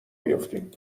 بیفتیم